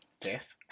death